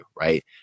right